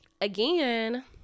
again